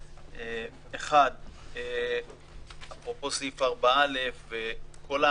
אולי אפשר להוסיף לזה עוד רעיון, שוב, במסגרת